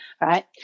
right